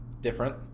different